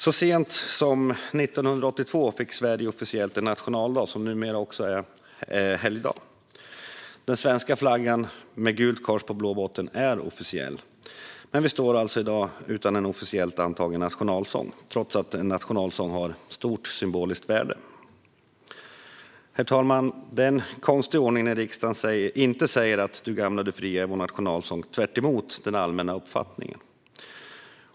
Så sent som 1982 fick Sverige officiellt en nationaldag, som numera också är helgdag. Den svenska flaggan med gult kors på blå botten är officiell. Men vi står alltså i dag utan en officiellt antagen nationalsång, trots att en nationalsång har stort symboliskt värde. Herr talman! Det är en konstig ordning när riksdagen inte säger att Du gamla, du fria är vår nationalsång, tvärtemot den allmänna uppfattningen.